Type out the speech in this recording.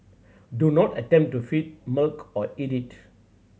do not attempt to feed milk or eat it